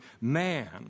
man